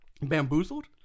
Bamboozled